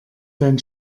dein